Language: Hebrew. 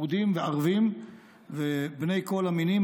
יהודים וערבים ובני כל המינים,